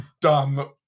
dumb